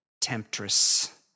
temptress